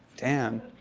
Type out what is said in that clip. damn.